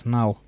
now